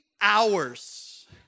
hours